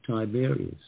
Tiberius